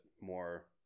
more